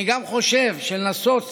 אני גם חושב שלנסות